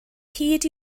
hyd